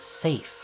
safe